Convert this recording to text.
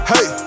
Hey